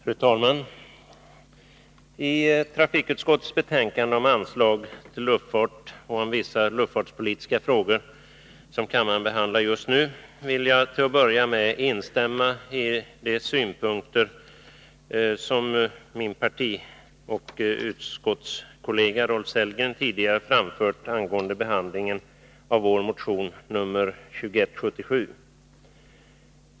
Fru talman! När det gäller trafikutskottets betänkande om anslag till Luftfart och om vissa luftfartspolitiska frågor, som kammaren behandlar just nu, vill jag till att börja med instämma i de synpunkter som min partioch utskottskollega Rolf Sellgren tidigare framfört angående behandlingen av vår motion nr 2177.